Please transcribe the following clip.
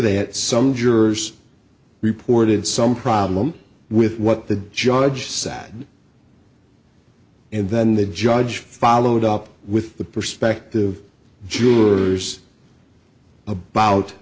that some jurors reported some problem with what the judge sad and then the judge followed up with the perspective jurors about